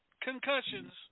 concussions